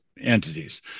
entities